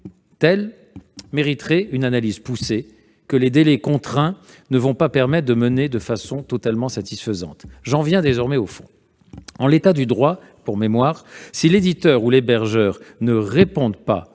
tel sujet mériterait une analyse poussée, que les délais contraints ne vont pas permettre de mener de façon totalement satisfaisante. J'en viens au fond. En l'état du droit, si l'éditeur ou l'hébergeur ne répondent pas